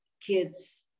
kids